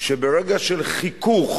שברגע של חיכוך